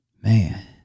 Man